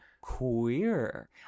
queer